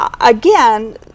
again